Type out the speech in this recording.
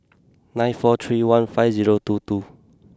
nine four three one five zero two two